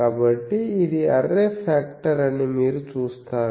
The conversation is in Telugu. కాబట్టి ఇది అర్రే ఫాక్టర్ అని మీరు చూస్తారు